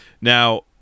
Now